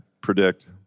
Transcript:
predict